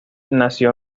nació